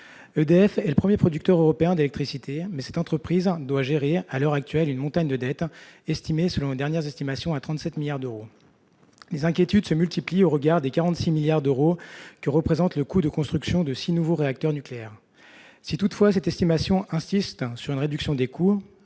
EDF est le premier producteur européen d'électricité, mais cette entreprise doit gérer à l'heure actuelle une montagne de dettes récemment estimées à 37 milliards d'euros. Les inquiétudes se multiplient au regard des 46 milliards d'euros que représente le coût de construction de six nouveaux réacteurs nucléaires. Le coût de construction d'un réacteur,